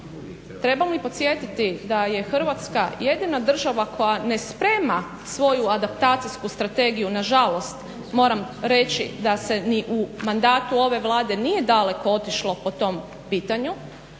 trebam li podsjetiti da je Hrvatska jedina država koja ne sprema svoju adaptacijsku strategiju nažalost moram reći da se ni u mandatu ove Vlade nije daleko otišlo po tom pitanju,